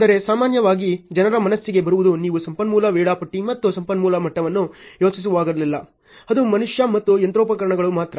ಆದರೆ ಸಾಮಾನ್ಯವಾಗಿ ಜನರ ಮನಸ್ಸಿಗೆ ಬರುವುದು ನೀವು ಸಂಪನ್ಮೂಲ ವೇಳಾಪಟ್ಟಿ ಮತ್ತು ಸಂಪನ್ಮೂಲ ಮಟ್ಟವನ್ನು ಯೋಚಿಸುವಾಗಲೆಲ್ಲಾ ಅದು ಮನುಷ್ಯ ಮತ್ತು ಯಂತ್ರೋಪಕರಣಗಳು ಮಾತ್ರ